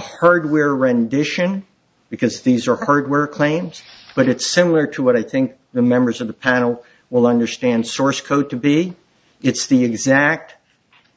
heard where rendition because these are hardware claims but it's similar to what i think the members of the panel will understand source code to be it's the exact